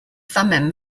thummim